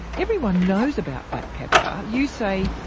everyone knows about black caviar. you say,